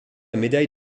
médaille